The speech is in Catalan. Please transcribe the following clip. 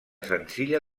senzilla